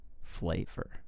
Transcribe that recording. flavor